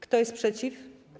Kto jest przeciw?